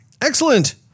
Excellent